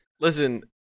Listen